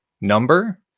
number